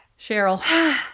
Cheryl